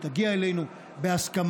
ותגיע אלינו בהסכמה.